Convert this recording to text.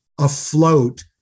afloat